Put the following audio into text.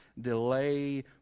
delay